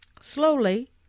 Slowly